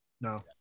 No